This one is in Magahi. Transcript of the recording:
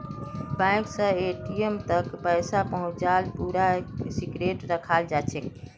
बैंक स एटीम् तक पैसा पहुंचाते पूरा सिक्रेट रखाल जाछेक